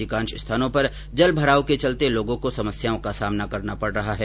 अधिकांश स्थानों पर जल भराव के चलते लोगों को समस्याओं का सामना करना पड रहा है